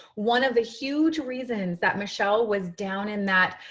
one of the huge reasons that michelle was down in that